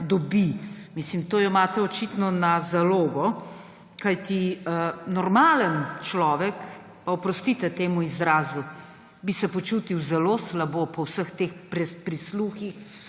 dobi. Mislim, to jo imate očitno na zalogo, kajti normalen človek, pa oprostite temu izrazu, bi se počutil zelo slabo po vseh teh prisluhih